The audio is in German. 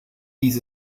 dies